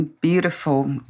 beautiful